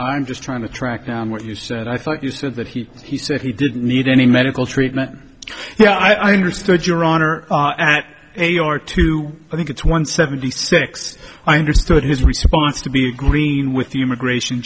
i'm just trying to track down what you said i thought you said that he said he didn't need any medical treatment now i understood your honor they are too i think it's one seventy six i understood his response to be agreeing with the immigration